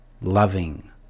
loving